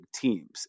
teams